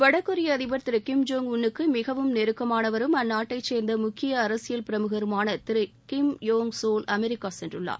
வடகொரிய அதிபர் திரு கிம் ஜோங் உள் னுக்கு மிகவும் நெருக்கமானவரும் அந்நாட்டைச் சேர்ந்த முக்கிய அரசியல் பிரமுகருமான திரு கிம் போங் சோல் அமெரிக்கா சென்றுள்ளார்